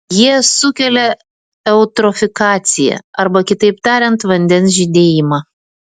jie sukelia eutrofikaciją arba kitaip tariant vandens žydėjimą